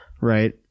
Right